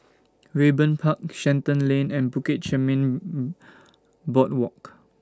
Raeburn Park Shenton Lane and Bukit Chermin Boardwalk